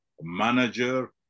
manager